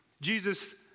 Jesus